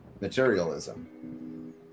materialism